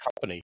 company